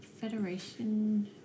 Federation